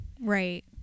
Right